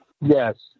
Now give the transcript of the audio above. Yes